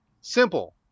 Simple